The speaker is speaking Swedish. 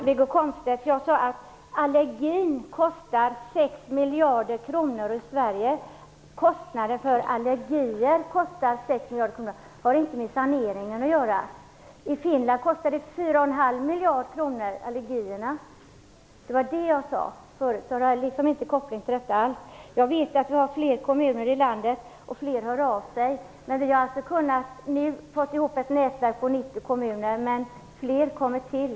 Herr talman! Jag sade att allergierna kostar 6 miljarder kronor i Sverige. Det har inte med saneringen att göra. I Finland kostar allergierna omkring 4,5 miljarder kronor. Det har inte alls någon koppling till detta. Jag vet att vi har flera kommuner i landet, och flera hör av sig. Vi har nu fått ihop ett nätverk på 90 kommuner, men flera kommer till.